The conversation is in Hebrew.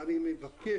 אני מבקש,